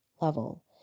level